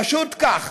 פשוט כך.